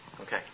Okay